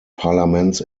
parlaments